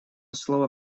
слово